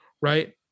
right